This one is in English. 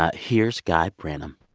ah here's guy branum